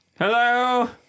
Hello